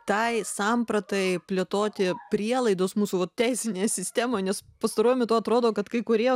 tai sampratai plėtoti prielaidos mūsų va teisinėje sistemoje nes pastaruoju metu atrodo kad kai kurie